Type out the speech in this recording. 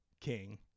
king